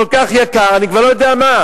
כל כך יקר, אני כבר לא יודע מה.